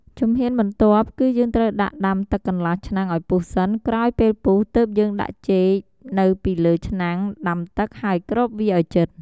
ជំហានបន្ទាប់គឺយើ់ងត្រូវដាក់ដាំទឹកកន្លះឆ្នាំងឱ្យពុះសិន ក្រោយពេលពុះទើបយើងដាក់ចេកនៅពីលើឆ្នាំងដាំទឹក ហើយគ្របវាឱ្យជិត។